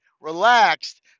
relaxed